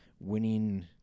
winning